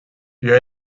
vio